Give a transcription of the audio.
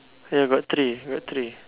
ya got three got three